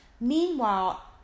Meanwhile